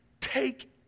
take